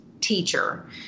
teacher